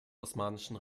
osmanischen